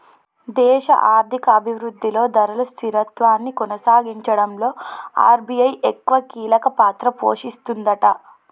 దేశ ఆర్థిక అభివృద్ధిలో ధరలు స్థిరత్వాన్ని కొనసాగించడంలో ఆర్.బి.ఐ ఎక్కువ కీలక పాత్ర పోషిస్తదట